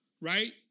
right